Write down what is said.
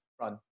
run